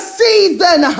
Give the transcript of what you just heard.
season